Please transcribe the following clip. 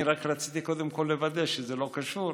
אני רק רציתי קודם כול לוודא שזה לא קשור,